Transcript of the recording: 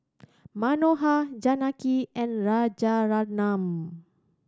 Manohar Janaki and Rajaratnam